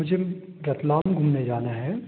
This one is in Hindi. मुझे रतलाम घूमने जाना है